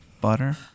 butter